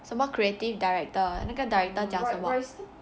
什么 creative director 那个 director 讲什么